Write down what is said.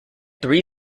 three